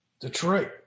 Detroit